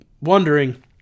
wondering